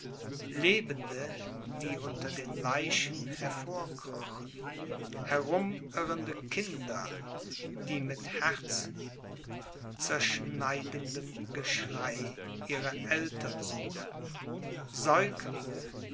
lebende die unter den leichen hervorkrochen herumirrende kinder die mit herzzerschneidendem geschrei ihre eltern suchten säuglinge